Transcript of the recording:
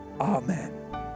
amen